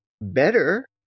better